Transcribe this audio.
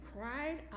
cried